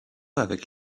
avec